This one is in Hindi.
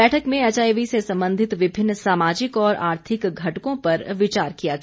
बैठक में एचआईवी से संबंधित विभिन्न सामाजिक और आर्थिक घटकों पर विचार किया गया